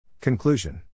Conclusion